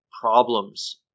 problems